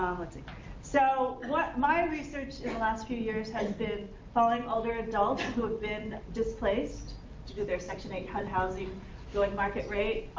so like my research in the last few years has been following older adults who have been displaced to do their section eight hud housing going market rate,